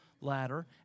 ladder